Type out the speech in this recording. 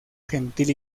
gentil